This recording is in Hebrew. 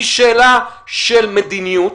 היא שאלה של מדיניות,